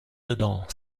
dedans